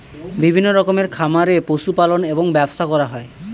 বিভিন্ন রকমের খামারে পশু পালন এবং ব্যবসা করা হয়